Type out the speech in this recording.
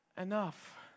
enough